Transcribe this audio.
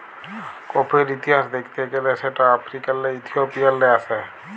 কফির ইতিহাস দ্যাখতে গ্যালে সেট আফ্রিকাল্লে ইথিওপিয়াল্লে আস্যে